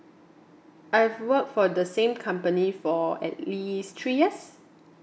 I've worked for the same company for at least three years